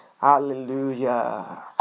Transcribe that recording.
Hallelujah